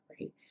right